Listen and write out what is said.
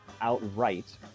outright